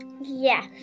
Yes